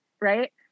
right